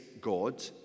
God